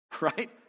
right